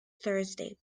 thursday